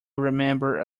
remember